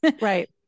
Right